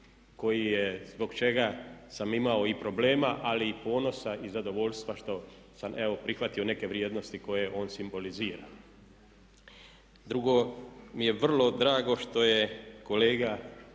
koji je, zbog čega sam imao i problema ali i ponosa i zadovoljstva što sam evo prihvatio neke vrijednosti koje on simbolizira. Drugo, mi je vrlo drago što je kolega